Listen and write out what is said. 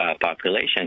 population